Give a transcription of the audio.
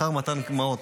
אחר מתן מעות,